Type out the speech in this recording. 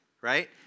Right